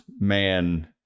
man